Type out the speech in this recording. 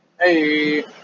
Hey